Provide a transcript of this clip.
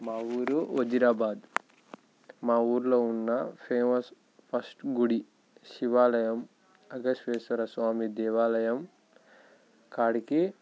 మా ఊరు వజీరాబాద్ మా ఊళ్ళో ఉన్న ఫేమస్ ఫస్ట్ గుడి శివాలయం అగస్వేశ్వర స్వామి దేవాలయం కాడికి